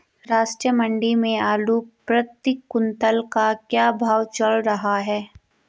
राष्ट्रीय मंडी में आलू प्रति कुन्तल का क्या भाव चल रहा है?